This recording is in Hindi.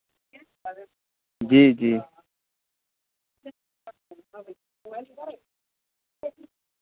जी जी